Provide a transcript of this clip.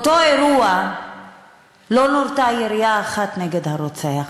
באותו אירוע לא נורתה ירייה אחת נגד הרוצח,